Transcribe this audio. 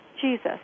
Jesus